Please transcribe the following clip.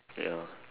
ya